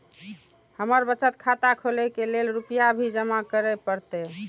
हमर बचत खाता खोले के लेल रूपया भी जमा करे परते?